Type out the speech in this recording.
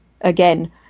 again